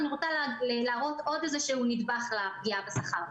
אני רוצה להראות עוד נדבך לפגיעה בשכר.